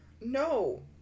No